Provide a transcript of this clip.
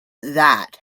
that